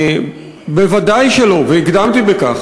אתה לא מצדיק את זה.